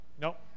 Nope